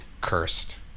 Cursed